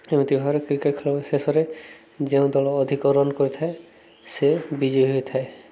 ଏମିତି ଭାବରେ କ୍ରିକେଟ୍ ଖେଳକୁ ଶେଷରେ ଯେଉଁ ଦଳ ଅଧିକ ରନ୍ କରିଥାଏ ସେ ବିଜୟ ହୋଇଥାଏ